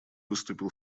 выступил